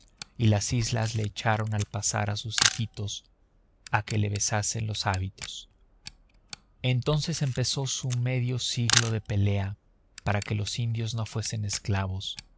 y las indias le echaron al pasar a sus hijitos a que le besasen los hábitos entonces empezó su medio siglo de pelea para que los indios no fuesen esclavos